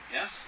yes